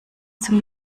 zum